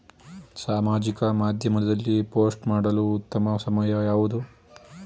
ಸಾಮಾಜಿಕ ಮಾಧ್ಯಮದಲ್ಲಿ ಪೋಸ್ಟ್ ಮಾಡಲು ಉತ್ತಮ ಸಮಯ ಯಾವುದು?